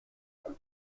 croit